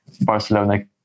Barcelona